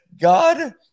god